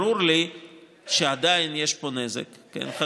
ברור לי שעדיין יש פה נזק חקלאי,